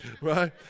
right